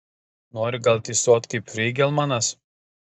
nori gal tysot kaip feigelmanas